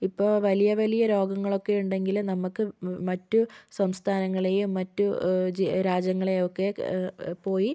ഇപ്പോൾ വലിയ വലിയ രോഗങ്ങളൊക്കെ ഉണ്ടെങ്കിലും നമുക്ക് മറ്റു സംസ്ഥാനങ്ങളെയും മറ്റു ജെ രാജ്യങ്ങളെയും ഒക്കെ പോയി